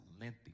lengthy